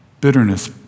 Bitterness